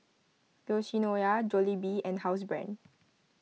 Yoshinoya Jollibee and Housebrand